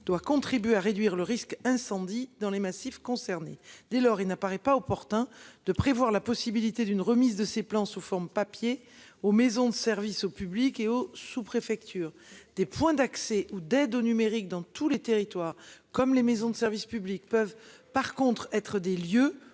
doit contribuer à réduire le risque incendie dans les massifs concernés dès lors il n'apparaît pas opportun de prévoir la possibilité d'une remise de ces plans sous forme papier aux maisons de service au public et aux sous-, préfectures, des points d'accès ou d'aide au numérique dans tous les territoires comme les maisons de service public peuvent par contre être des lieux